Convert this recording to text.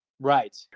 Right